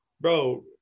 bro